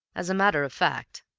as a matter of fact,